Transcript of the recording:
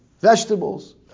vegetables